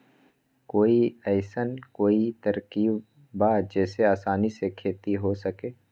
कोई अइसन कोई तरकीब बा जेसे आसानी से खेती हो सके?